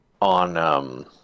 on –